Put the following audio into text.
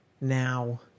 now